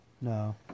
No